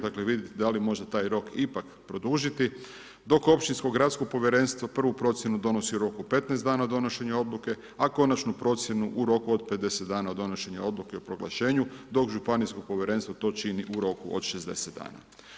Dakle, vidite da li može taj rok ipak produžiti dok općinsko gradsko povjerenstvo, prvu procjenu donosi u roku 15 dana od donošenje odluke, a konačnu procjenu u roku od 50 dana od donošenje odluke o proglašenju dok županijsko povjerenstvo to čini u roku od 60 dana.